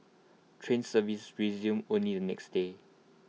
train services resumed only the next day